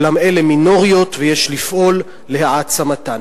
אולם אלה מינוריות ויש לפעול להעצמתן.